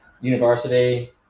university